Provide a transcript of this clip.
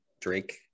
Drake